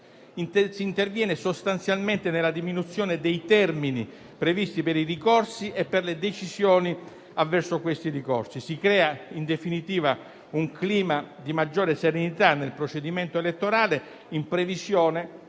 Si interviene, sostanzialmente, sulla diminuzione dei termini previsti per i ricorsi e le decisioni. Si crea, in definitiva, un clima di maggiore serenità nel procedimento elettorale, in previsione